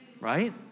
Right